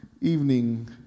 evening